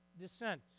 descent